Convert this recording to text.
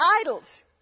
idols